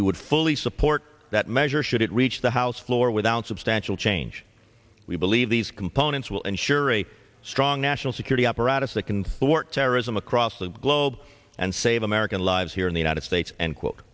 we would fully support that measure should it reach the house floor without substantial change we believe these components will ensure a strong national security apparatus that can thwart terrorism across the globe and save american lives here in the united states end quote